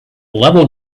level